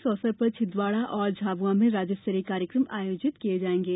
इस अवसर पर छिंदवाड़ा और झाबुआ में राज्य स्तरीय कार्यक्रम आयोजित किये जाएंगे